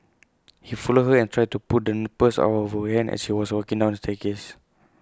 he followed her and tried to pull the purse out of her hand as she was walking down the staircase